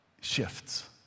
shifts